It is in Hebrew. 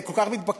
זה כל כך מתבקש,